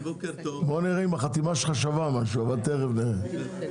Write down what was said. בוא נראה אם החתימה שלך שווה משהו, אבל תיכף נראה.